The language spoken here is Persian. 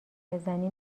بزنی